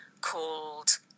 called